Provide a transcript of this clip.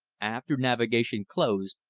after navigation closed,